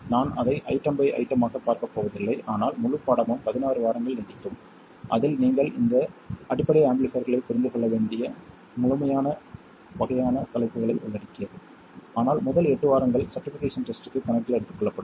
நான் அதை item by item ஆகப் பார்க்கப் போவதில்லை ஆனால் முழுப் பாடமும் பதினொரு வாரங்கள் நீடிக்கும் அதில் நீங்கள் இந்த அடிப்படை ஆம்பிளிஃபைர்களைப் புரிந்து கொள்ள வேண்டிய முழுமையான வகையான தலைப்புகளை உள்ளடக்கியது ஆனால் முதல் எட்டு வாரங்கள் சர்டிபிகேஷன் டெஸ்ட்க்கு கணக்கில் எடுத்துக்கொள்ளப்படும்